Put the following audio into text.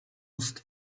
ust